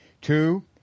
Two